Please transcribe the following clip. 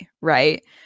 right